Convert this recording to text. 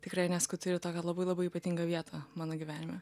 tikrai nes turi tokią labai labai ypatingą vietą mano gyvenime